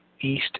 East